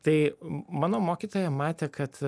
tai mano mokytoja matė kad